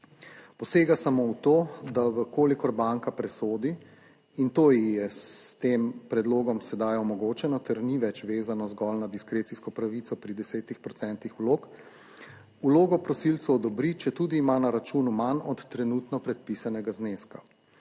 Posega samo v to, da v kolikor banka presodi in to ji je s tem predlogom sedaj omogočeno ter ni več vezano zgolj na diskrecijsko pravico pri 10 % vlog vlogo prosilcev odobri, četudi ima na računu manj od trenutno predpisanega zneska.